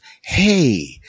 hey